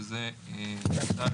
שזה צה"ל,